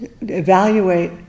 evaluate